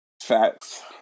Facts